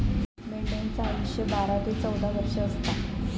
मेंढ्यांचा आयुष्य बारा ते चौदा वर्ष असता